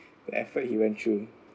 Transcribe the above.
the effort he went through